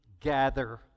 gather